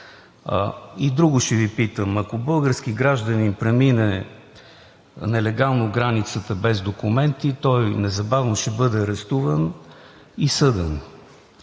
И друго: ако български гражданин премине нелегално границата без документи, той незабавно ще бъде арестуван и съден.